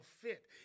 fit